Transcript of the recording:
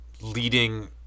leading